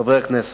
חברי הכנסת,